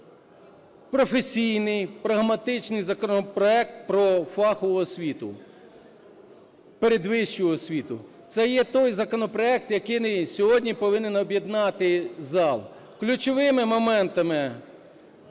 професійний, прагматичний законопроект про фахову освіту, передвищу освіту. Це є той законопроект, який сьогодні повинен об'єднати зал. Ключовими моментами,